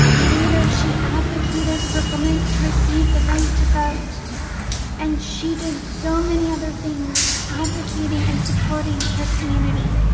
later she advocated for women to receive the right to vote and she did so many other things advocating and supporting her community.